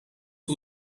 who